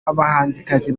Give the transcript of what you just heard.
abahanzikazi